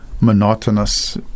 monotonous